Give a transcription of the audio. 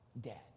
dead